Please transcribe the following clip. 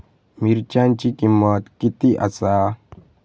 मिरच्यांची किंमत किती आसा?